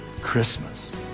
Christmas